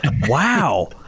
Wow